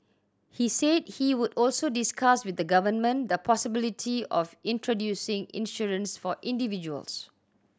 he said he would also discuss with the government the possibility of introducing insurance for individuals